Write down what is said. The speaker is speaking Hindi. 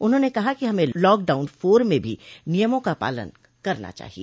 उन्होंने कहा कि हमें लॉकडाउन फोर में भी नियमों का पालन करना चाहिए